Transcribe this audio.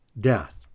death